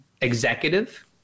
executive